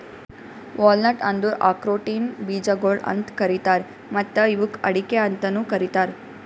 walnut ಅಂದುರ್ ಆಕ್ರೋಟಿನ ಬೀಜಗೊಳ್ ಅಂತ್ ಕರೀತಾರ್ ಮತ್ತ ಇವುಕ್ ಅಡಿಕೆ ಅಂತನು ಕರಿತಾರ್